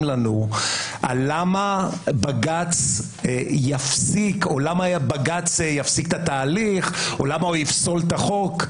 לנו למה בג"ץ יפסיק את התהליך או יפסול את החוק.